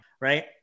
Right